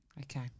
okay